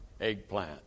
eggplant